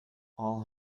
all